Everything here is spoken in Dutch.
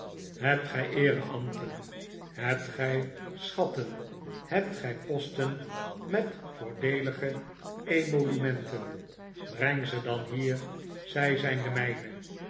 hebt gij eereambten hebt gij schatten hebt gij posten met voordeelige emolumenten breng ze dan hier zij zijn de mijne